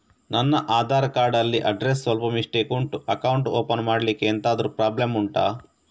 ನನ್ನ ಆಧಾರ್ ಕಾರ್ಡ್ ಅಲ್ಲಿ ಅಡ್ರೆಸ್ ಸ್ವಲ್ಪ ಮಿಸ್ಟೇಕ್ ಉಂಟು ಅಕೌಂಟ್ ಓಪನ್ ಮಾಡ್ಲಿಕ್ಕೆ ಎಂತಾದ್ರು ಪ್ರಾಬ್ಲಮ್ ಉಂಟಾ